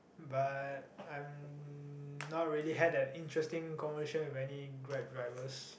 but I'm not really had that interesting conversation with any Grab drivers